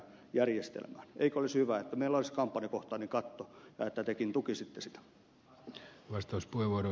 eikö olisi hyvä että meillä olisi kampanjakohtainen katto ja että tekin tukisitte sitä